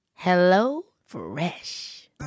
HelloFresh